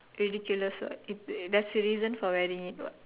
ridiculous what it's there's a reason for wearing it what